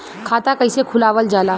खाता कइसे खुलावल जाला?